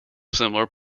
similar